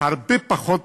הרבה פחות